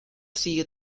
sigue